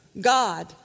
God